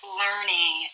learning